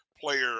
player